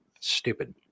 Stupid